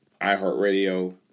iHeartRadio